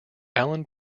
alan